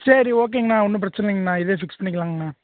சரி ஓகேங்ண்ணா ஒன்றும் பிரசசின இல்லைங்ண்ணா இதே ஃபிக்ஸ் பண்ணிக்கலாங்ண்ணா